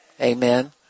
Amen